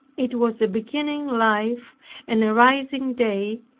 it was a beginning life and a rising day,